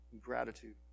gratitude